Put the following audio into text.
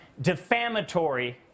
defamatory